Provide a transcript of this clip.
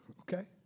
Okay